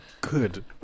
Good